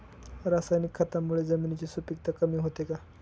रासायनिक खतांमुळे जमिनीची सुपिकता कमी होते का?